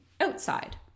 outside